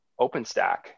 OpenStack